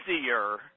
easier